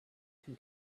can